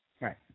Right